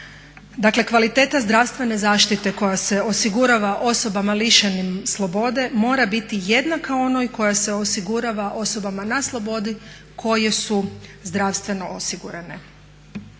Dakle kvaliteta zdravstvene zaštite koja se osigurava osobama lišenim slobode mora biti jednaka onoj koja se osigurava osobama na slobodi koje su zdravstveno osigurane.